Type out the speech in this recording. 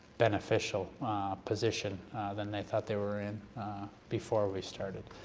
beneficial position than they thought they were in before we started.